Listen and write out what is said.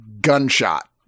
gunshot